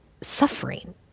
suffering